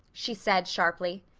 she said sharply.